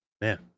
man